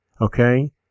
okay